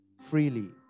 freely